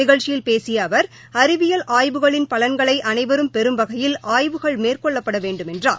நிகழ்ச்சியில் பேசிய அவர் அறிவியல் ஆய்வுகளின் பலன்களை அனைவரும் பெறும் வகையில் ஆய்வுகள் மேற்கொள்ளப்பட வேண்டும் என்றார்